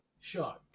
shark